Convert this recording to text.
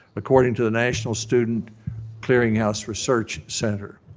according to the national student clearinghouse research center.